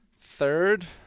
third